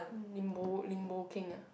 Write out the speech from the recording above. Lim-Bo Lim-Bo-Keng uh